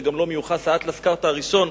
וגם מיוחס לו אטלס "כרטא" הראשון,